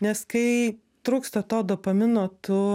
nes kai trūksta to dopamino tu